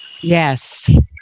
Yes